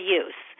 use